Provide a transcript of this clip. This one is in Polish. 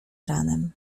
ranem